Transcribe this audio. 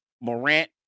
Morant